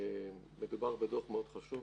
בהחלט מדובר בדוח מאוד חשוב,